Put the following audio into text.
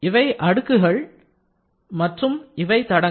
இவை அடுக்குகள் இவை தடங்கள்